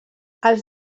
els